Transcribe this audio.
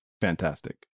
fantastic